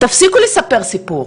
תפסיקו לספר סיפור,